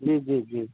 जी जी जी